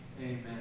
Amen